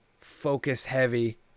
focus-heavy